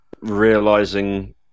realizing